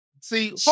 see